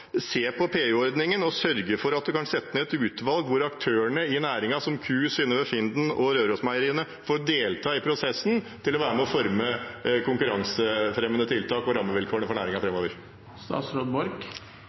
se på PU-ordningen og sørge for at en kan sette ned et utvalg hvor aktørene i næringen, som Q-Meieriene, Synnøve Finden og Rørosmeieriet, får delta i prosessen med å forme konkurransefremmende tiltak og rammevilkårene for